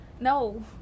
no